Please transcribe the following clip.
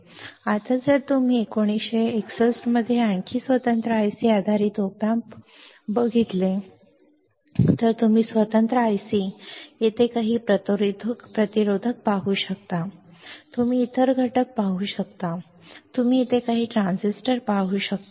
आता जर आम्ही 1961 मध्ये आणखी स्वतंत्र IC आधारित ऑप एम्प्स पुढे जाऊ तर तुम्ही स्वतंत्र आयसी येथे काही प्रतिरोधक पाहू शकतो तुम्ही इतर घटक पाहू शकता तुम्ही येथे काही ट्रान्झिस्टर पाहू शकता